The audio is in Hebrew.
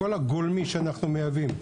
בכל הגולמי שאנחנו מייבאים,